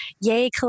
yay